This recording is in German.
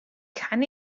kann